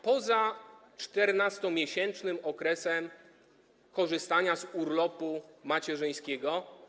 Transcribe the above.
Poza 14-miesięcznym okresem korzystania z urlopu macierzyńskiego.